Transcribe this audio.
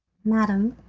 madam,